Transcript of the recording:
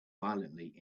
violently